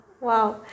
Wow